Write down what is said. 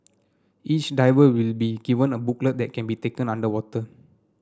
each diver will be given a booklet that can be taken underwater